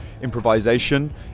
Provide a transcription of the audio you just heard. improvisation